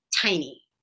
tiny